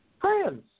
friends